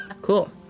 Cool